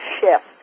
shift